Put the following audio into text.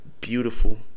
beautiful